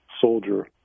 soldier